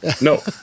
no